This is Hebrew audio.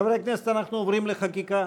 חברי הכנסת, אנחנו עוברים לחקיקה.